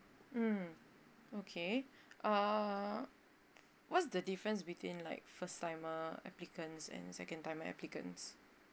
mm okay err what's the difference between like first timer applicants and second timer applicants